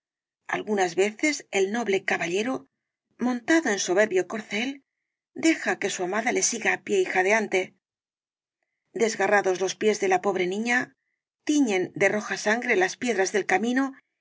algunas veces el noble caballero montado en soberbio corcel deja que su amada le siga á pie y jadeante desgarrados los pies de la pobre niña tiñen de roja sangre las piedras del camino